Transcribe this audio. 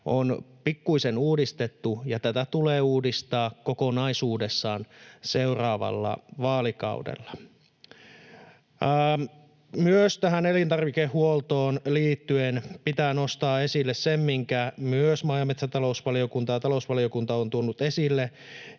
on pikkuisen uudistettu, ja tätä tulee uudistaa kokonaisuudessaan seuraavalla vaalikaudella. Myös tähän elintarvikehuoltoon liittyen pitää nostaa esille se, minkä myös maa- ja metsätalousvaliokunta ja talousvaliokunta ovat tuoneet esille,